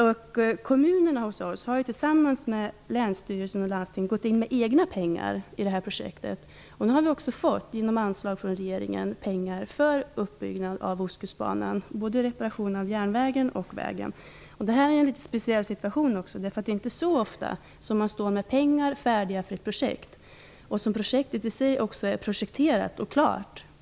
Våra kommuner har tillsammans med länsstyrelsen och landstinget gått in med egna pengar i det här projektet. Genom anslag från regeringen har vi nu också fått pengar för uppbyggnad av Ostkustbanan, till reparationer både av järnvägen och av vägen. Det här är en litet speciell situation. Det är inte så ofta som man står med pengar färdiga för ett projekt som också är projekterat och klart.